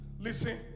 Listen